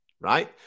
right